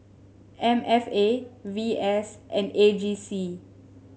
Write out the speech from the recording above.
M F A V S and A G C